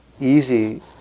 easy